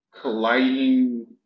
colliding